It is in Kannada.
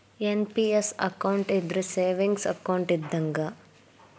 ಎನ್.ಪಿ.ಎಸ್ ಅಕೌಂಟ್ ಇದ್ರ ಸೇವಿಂಗ್ಸ್ ಅಕೌಂಟ್ ಇದ್ದಂಗ